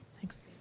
Thanks